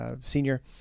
senior